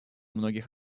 многих